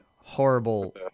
horrible